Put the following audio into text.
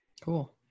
cool